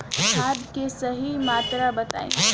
खाद के सही मात्रा बताई?